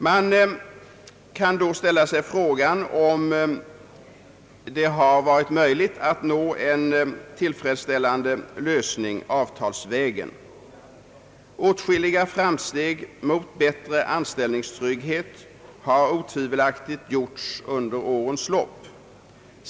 Man kan då fråga sig om det varit möjligt att nå en tillfredsställande lösning avtalsvägen. Åtskilliga framsteg mot bättre anställningstrygghet har otvivelaktigt gjorts under årens lopp.